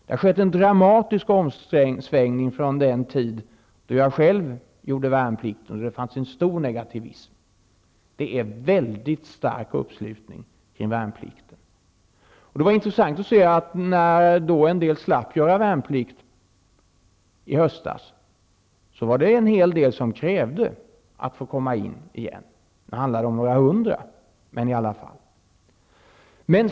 Det har skett en dramatisk omsvängning om man jämför med den tid då jag själv gjorde värnpliken, då det fanns en stor negativism. Uppslutningen kring värnplikten är nu väldigt stark. När en del i höstas slapp att göra sin värnplikt var det intressant att se att många krävde att få bli inkallade igen. Det handlade om några hundra personer, men i alla fall.